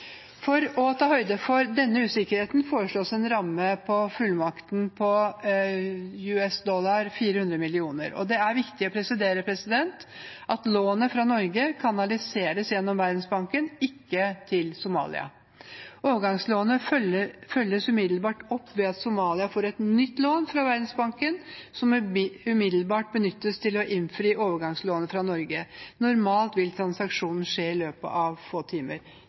For å ta høyde for denne usikkerheten foreslås det en ramme på fullmakten på 400 mill. amerikanske dollar. Det er viktig å presisere at lånet fra Norge kanaliseres gjennom Verdensbanken, ikke til Somalia. Overgangslånet følges umiddelbart opp ved at Somalia får et nytt lån fra Verdensbanken, som umiddelbart benyttes til å innfri overgangslånet fra Norge. Normalt vil transaksjonen skje i løpet av få timer.